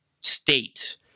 state